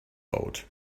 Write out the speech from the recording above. out